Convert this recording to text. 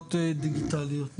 לזכויות דיגיטליות.